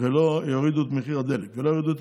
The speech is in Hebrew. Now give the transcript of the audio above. לא יורידו את מחיר הדלק ולא יורידו את